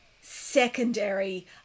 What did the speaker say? secondary